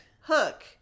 hook